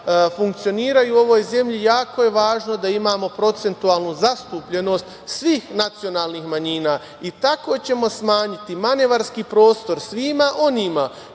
funkcionišu u ovoj zemlji, jako je važno da imamo procentualnu zastupljenost svih nacionalnih manjina. Tako ćemo smanjiti manevarski prostor svima onima